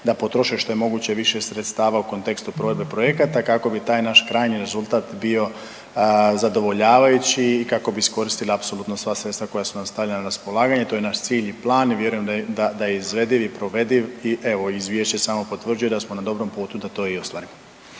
da potroše što je moguće više sredstava u kontekstu provedbe projekata kako bi taj naš krajnji rezultat bio zadovoljavajući i kako bi iskoristili apsolutno sva sredstva koja su nam stavljena na raspolaganje. To je naš cilj i plan i vjerujem da je izvediv i provediv i evo izvješće samo potvrđuje da smo na dobrom putu da to i ostvarimo.